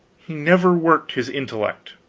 he never worked his intellect.